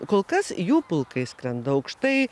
kol kas jų pulkai skrenda aukštai